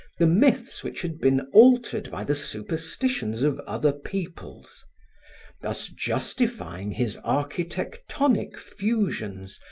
the myths which had been altered by the superstitions of other peoples thus justifying his architectonic fusions,